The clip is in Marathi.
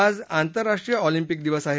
आज आंतरराष्ट्रीय ऑलिंपिक दिवस आहे